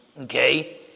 okay